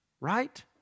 right